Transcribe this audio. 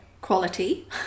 quality